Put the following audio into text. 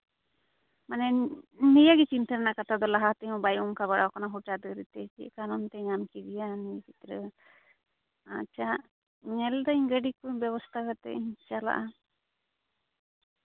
ᱢᱟᱱᱮ ᱱᱤᱭᱟᱹᱜᱮ ᱪᱤᱱᱛᱟᱹ ᱨᱮᱱᱟᱜ ᱠᱟᱛᱷᱟ ᱫᱚ ᱞᱟᱦᱟᱛᱮᱦᱚᱸ ᱵᱟᱭ ᱚᱝᱠᱟ ᱵᱟᱲᱟᱣᱟᱠᱟᱱᱟ ᱦᱚᱴᱟᱛ ᱠᱚᱨᱮᱛᱮ ᱪᱮᱫ ᱠᱟᱨᱚᱱᱛᱮ ᱧᱟᱢ ᱠᱮᱫᱮᱭᱟ ᱩᱱᱤ ᱜᱤᱫᱽᱨᱟᱹ ᱟᱪᱪᱷᱟ ᱧᱮᱞ ᱫᱟᱹᱧ ᱜᱟᱹᱰᱤ ᱠᱚ ᱵᱮᱵᱚᱥᱛᱟ ᱠᱟᱛᱮᱫ ᱤᱧ ᱪᱟᱞᱟᱜᱼᱟ